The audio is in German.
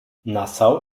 nassau